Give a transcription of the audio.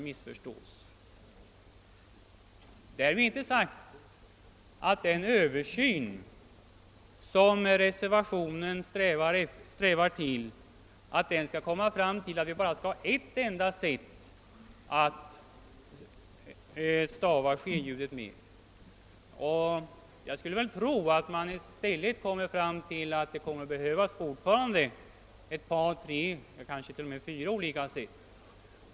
Därmed är inte sagt att den översyn som reservationen syftar till skulle ge till resultat att vi fick ett enda sätt att stava sje-ljudet. Jag skulle tro att man i stället finner att det fortfarande kommer att behövas ett par tre eller kanske t.o.m. fyra olika sätt.